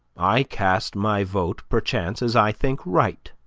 i cast my vote, perchance, as i think right